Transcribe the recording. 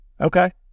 Okay